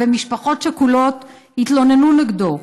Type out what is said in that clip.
ומשפחות שכולות התלוננו נגדו.